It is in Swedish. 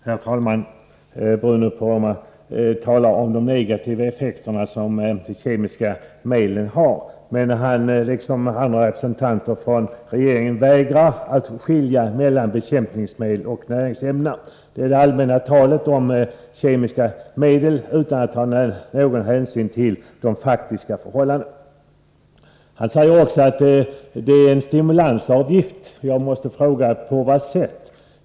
Herr talman! Bruno Poromaa talar om de kemiska medlens negativa effekter. Men han, liksom representanter för regeringen, vägrar skilja mellan bekämpningsmedel och näringsämnen. Man för ett allmänt tal om kemiska medel utan någon hänsyn till de faktiska förhållandena. Bruno Poromaa säger också att detta är en stimulansavgift. Jag måste fråga: På vad sätt?